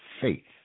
faith